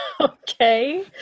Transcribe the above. Okay